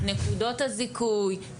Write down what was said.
נקודות הזיכוי,